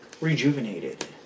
rejuvenated